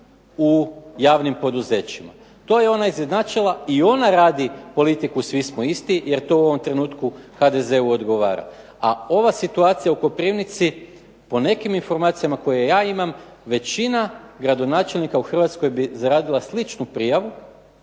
u javnim poduzećima. To je ona izjednačila i ona radi politiku svi smo isti jer to u ovom trenutku HDZ-u odgovara. A ova situacija u Koprivnici po nekim informacijama koje ja imam većina gradonačelnika u Hrvatskoj bi zaradila sličnu prijavu